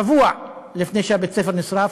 שבוע לפי שבית-הספר נשרף,